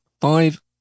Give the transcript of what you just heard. five